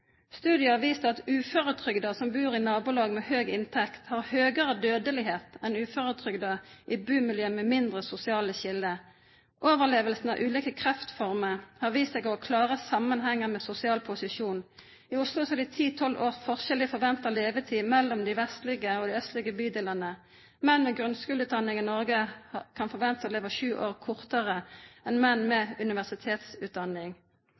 Studier har vist at uføretrygdede som bor i nabolag med høy inntekt, har høyere dødelighet enn uføretrygdede i bomiljø med mindre sosiale skiller. Overlevelse av ulike kreftformer har vist seg å ha klare sammenhenger med sosial posisjon. I Oslo er det ti–tolv års forskjell i forventet levetid mellom de vestlige og de østlige bydelene. Menn med grunnskoleutdanning i Norge kan forvente å leve syv år kortere enn menn